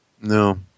No